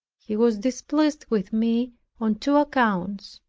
he was displeased with me on two accounts.